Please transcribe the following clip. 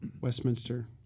Westminster